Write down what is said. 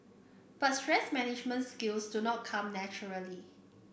but stress management skills do not come naturally